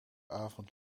avond